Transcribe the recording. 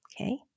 Okay